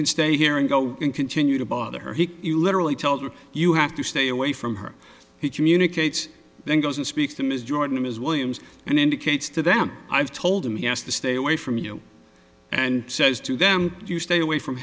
can stay here and go continue to bother her he literally told her you have to stay away from her he communicates then goes and speaks to ms jordan as williams and indicates to them i've told him he has to stay away from you and says to them you stay away from